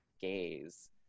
gaze